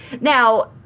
Now